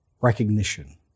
recognition